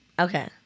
Okay